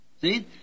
See